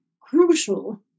crucial